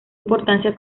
importancia